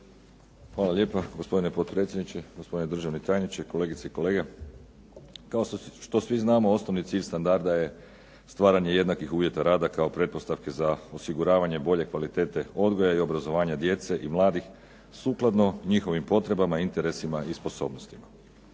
Hvala lijepa, gospodine potpredsjedniče. Gospodine državni tajniče, kolegice i kolege. Kao što svi znamo, osnovni cilj standarda je stvaranje jednakih uvjeta rada kao pretpostavke za osiguravanje bolje kvalitete odgoja i obrazovanja djece i mladih, sukladno njihovim potrebama, interesima i sposobnostima.